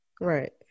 Right